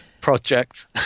project